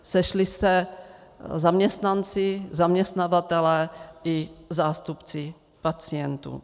Sešli se zaměstnanci, zaměstnavatelé i zástupci pacientů.